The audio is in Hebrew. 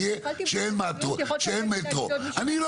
לגבי --- אנחנו